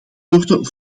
worden